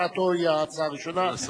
הצעתו היא ההצעה הראשונה,